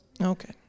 Okay